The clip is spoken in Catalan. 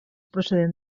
procedent